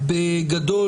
בגדול,